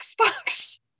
Xbox